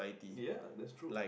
ya that's true